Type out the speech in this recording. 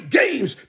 games